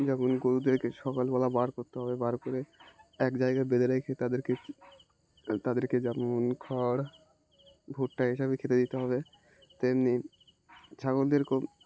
যেমন গরুদেরকে সকালবেলা বার করতে হবে বার করে এক জায়গায় বেঁধে রেখে তাদেরকে তাদেরকে যেমন খড় ভুট্টা এসবই খেতে দিতে হবে তেমনি ছাগলদেরকে